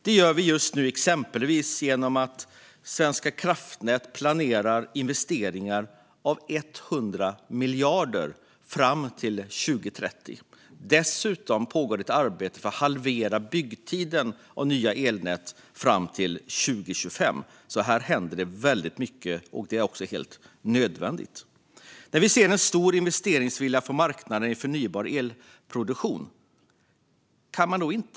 Det gör vi just nu, exempelvis genom att Svenska kraftnät planerar investeringar om 100 miljarder fram till 2030. Dessutom pågår ett arbete för att halvera byggtiden för nya elnät fram till 2025. Här händer det alltså väldigt mycket, och det är helt nödvändigt. Nu ser vi en stor investeringsvilja i förnybar elproduktion från marknadens sida.